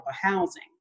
housing